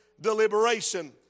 deliberation